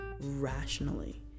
rationally